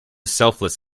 selfless